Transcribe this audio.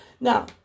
Now